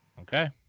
Okay